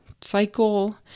cycle